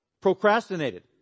Procrastinated